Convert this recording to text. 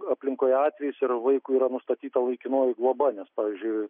aplinkoje atvejis ir vaikui yra nustatyta laikinoji globa nes pavyzdžiui